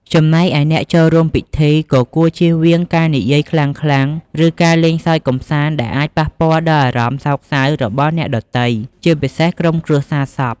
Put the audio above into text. ចំណែកឯអ្នកចូលរួមពិធី ក៍គួរជៀសវាងការនិយាយខ្លាំងៗ ឬការសើចលេងកម្សាន្តដែលអាចប៉ះពាល់ដល់អារម្មណ៍សោកសៅរបស់អ្នកដទៃ ជាពិសេសក្រុមគ្រួសារសព។